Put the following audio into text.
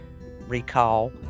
recall